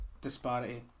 disparity